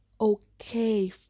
okay